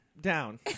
down